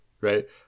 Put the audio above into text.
right